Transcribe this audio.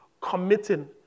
committing